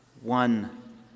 one